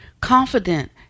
confident